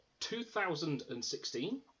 2016